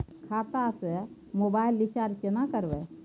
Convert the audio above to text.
खाता स mobile recharge केना करबे?